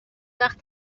وقت